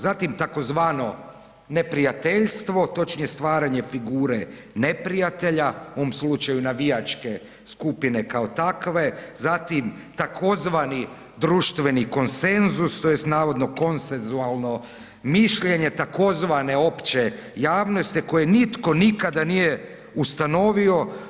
Zatim tzv. neprijateljstvo, točnije stvaranje figure neprijatelja u ovom slučaju navijačke skupine kao takve, zatim tzv. društveni konsenzus tj. navodno konsensualno mišljenje tzv. opće javnosti koje nitko nikada nije ustanovio.